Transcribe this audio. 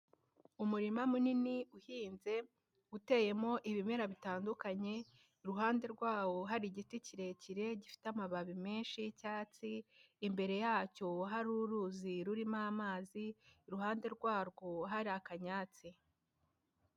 Umurima munini uhinze, uteyemo ibimera bitandukanye, iruhande rwawo hari igiti kirekire gifite amababi menshi y'icyatsi, imbere yacyo hari uruzi rurimo amazi, iruhande rwarwo hari akanyatsi.